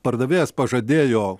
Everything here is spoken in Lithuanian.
pardavėjas pažadėjo